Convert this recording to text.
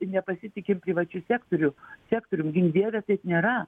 nepasitikim privačiu sektoriu sektorium gink dieve taip nėra